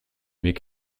mes